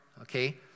okay